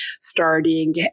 starting